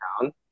town